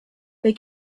they